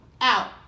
Out